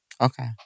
Okay